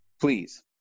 please